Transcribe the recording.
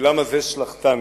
למה זה שלחתני?"